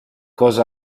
cosa